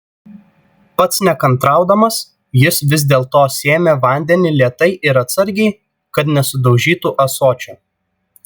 pats nekantraudamas jis vis dėlto sėmė vandenį lėtai ir atsargiai kad nesudaužytų ąsočio